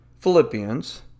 Philippians